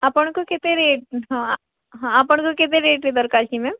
ଆପଣଙ୍କର କେତେ ରେଟ୍ ହଁ ହଁ ଆପଣକର କେତେ ରେଟ୍ରେ ଦରକାର୍ କି ମ୍ୟାମ୍